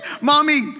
mommy